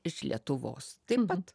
iš lietuvos taip pat